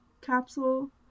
capsule